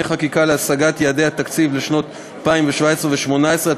חקיקה להשגת יעדי התקציב לשנות 2017 ו-2018),